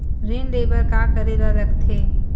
ऋण ले बर का करे ला लगथे?